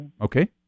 Okay